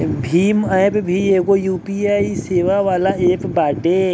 Bhim app भी एगो UPI सेवा वाला एप्प बाटे